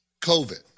COVID